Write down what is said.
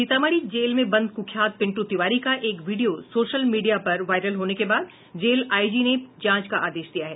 Sitamarhi jail में बंद कुख्यात पिंटू तिवारी का एक वीडियो सोशल मीडिया पर वायरल होने के बाद जेल आईजी ने जांच का आदेश दिया है